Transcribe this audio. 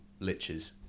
liches